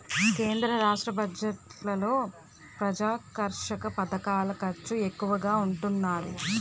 కేంద్ర రాష్ట్ర బడ్జెట్లలో ప్రజాకర్షక పధకాల ఖర్చు ఎక్కువగా ఉంటున్నాది